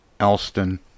Elston